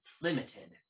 limited